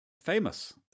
famous